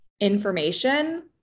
information